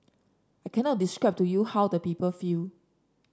I cannot describe to you how the people feel